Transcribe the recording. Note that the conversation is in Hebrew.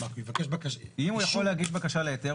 אם הוא יכול להגיש בקשה להיתר,